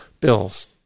bills